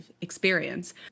experience